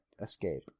escape